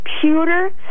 computer